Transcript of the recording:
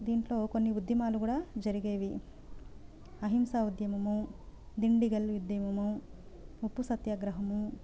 దీంట్లో కొన్ని ఉద్యమాలు కూడా జరిగేవి అహింస ఉద్యమము దిండి గల్ ఉద్యమము ఉప్పు సత్యాగ్రహము